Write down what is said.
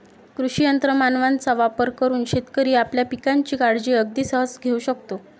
कृषी यंत्र मानवांचा वापर करून शेतकरी आपल्या पिकांची काळजी अगदी सहज घेऊ शकतो